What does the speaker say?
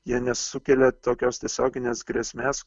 jie nesukelia tokios tiesioginės grėsmės